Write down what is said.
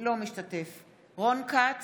אינו משתתף בהצבעה רון כץ,